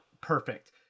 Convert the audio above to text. perfect